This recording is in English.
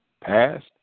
past